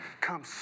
come